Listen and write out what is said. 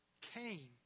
Cain